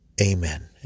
Amen